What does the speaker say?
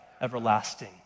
everlasting